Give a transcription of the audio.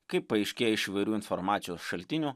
kaip paaiškėja iš įvairių informacijos šaltinių